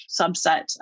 subset